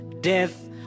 death